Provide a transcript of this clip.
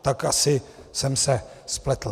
Tak asi jsem se spletl.